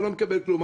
אני לא מקבל כלום,